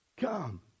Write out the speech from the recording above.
Come